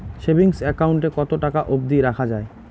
Savings account এ কতো টাকা অব্দি রাখা যায়?